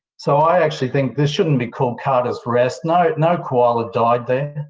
so i actually think this shouldn't be called carter's rest. no. no koala died there.